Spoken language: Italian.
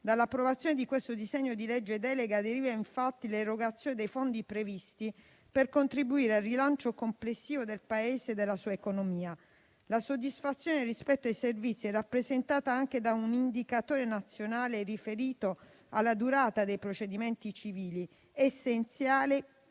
Dall'approvazione di questo disegno di legge delega deriva infatti l'erogazione dei fondi previsti per contribuire al rilancio complessivo del Paese e della sua economia. La soddisfazione rispetto ai servizi è rappresentata anche da un indicatore nazionale riferito alla durata dei procedimenti civili, essenziali